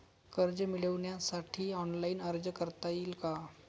कर्ज मिळविण्यासाठी ऑनलाइन अर्ज करता येईल का?